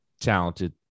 talented